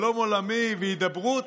שלום עולמי והידברות,